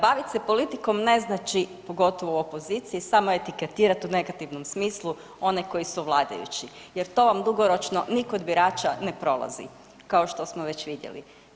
Bavit se politikom ne znači, pogotovo u opoziciji, samo etiketirat u negativnom smislu one koji su vladajući jer to vam dugoročno ni kod birača ne prolazi kao što smo već vidjeli.